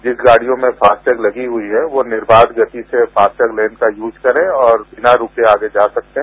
जिस गाडियों में फास्टैग लगी हुई है वह निर्वाघ गति से फास्ट लेन का यूज करें और बिना रुके आगे जा सकते हैं